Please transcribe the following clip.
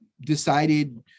decided